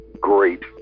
great